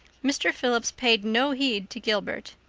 mr. phillips paid no heed to gilbert.